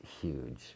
huge